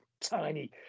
tiny